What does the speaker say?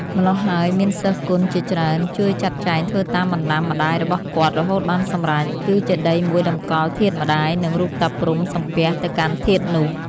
ម្ល៉ោះហើយ មានសិស្សគណជាច្រើន ជួយចាត់ចែងធ្វើតាមបណ្ដាំម្តាយរបស់គាត់ រហូតបានសម្រេច គឺចេតិយមួយតម្កល់ធាតុម្តាយ និងរូបតាព្រហ្មសំពះទៅកាន់ធាតុនោះ។